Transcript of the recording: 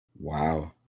Wow